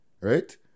right